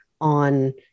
on